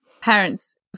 parents